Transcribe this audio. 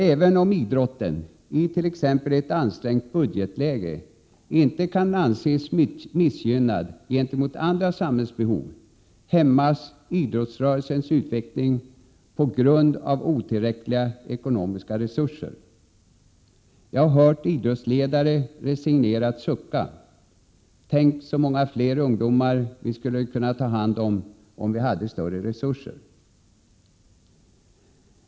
Även om idrotten, i t.ex. ett ansträngt budgetläge, inte kan anses missgynnad gentemot andra samhällsbehov, hämmas idrottsrörelsens utveckling på grund av otillräckliga ekonomiska resurer. Jag har hört idrottsledare resignerat sucka: Tänk så många fler ungdomar vi skulle kunna ta hand om, om vi hade större resurser.